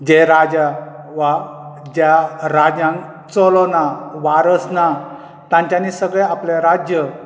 जे राजा वा ज्या राजान चलो ना वारस ना तांच्यानी सगळे आपले राज्य